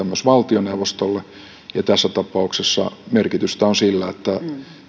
myös valtioneuvostolle ja tässä tapauksessa merkitystä on sillä että